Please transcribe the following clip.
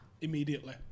immediately